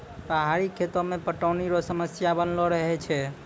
पहाड़ी खेती मे पटौनी रो समस्या बनलो रहै छै